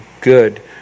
good